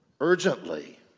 urgently